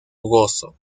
rugoso